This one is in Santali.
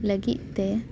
ᱞᱟᱹᱜᱤᱫ ᱛᱮ